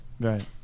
Right